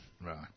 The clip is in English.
Right